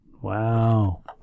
Wow